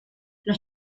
los